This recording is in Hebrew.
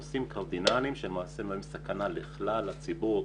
נושאים קרדינליים שלמעשה מהווים סכנה לכלל הציבור,